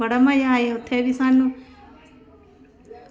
बड़ा मजा आया उत्थें बी सानूं